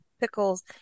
pickles